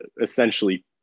essentially